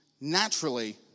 naturally